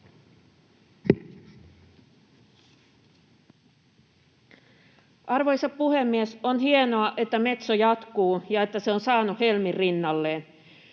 Arvoisa puhemies! On hienoa, että Metso jatkuu ja että se on saanut Helmin rinnalleen.